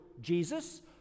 Jesus